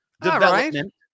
development